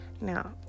now